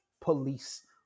police